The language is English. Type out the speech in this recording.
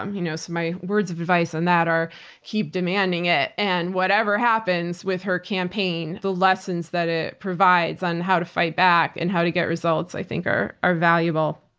um you know so my words of advice on that are keep demanding it and whatever happens with her campaign the lesson that it provides on how to fight back and how to get results i think are are valuable.